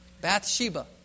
Bathsheba